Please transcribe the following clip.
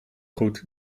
goed